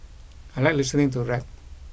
I like listening to rap